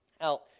out